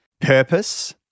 purpose